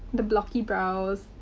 the blocky brows.